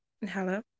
Hello